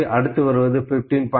05 15